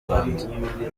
rwanda